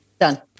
Done